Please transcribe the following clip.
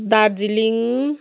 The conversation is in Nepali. दार्जिलिङ